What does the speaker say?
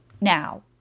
now